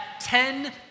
ten